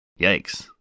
Yikes